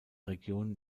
region